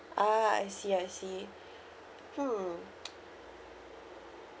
ah I see I see hmm